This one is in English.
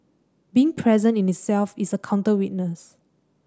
being present in itself is a counter witness